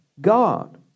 God